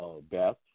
Beth